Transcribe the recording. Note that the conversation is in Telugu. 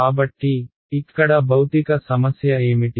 కాబట్టి ఇక్కడ భౌతిక సమస్య ఏమిటి